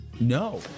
no